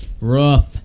Rough